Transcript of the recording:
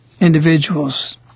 individuals